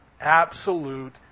absolute